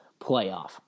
playoff